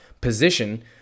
position